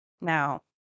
Now